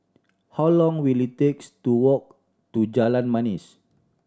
how long will it takes to walk to Jalan Manis